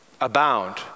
Abound